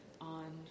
on